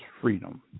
Freedom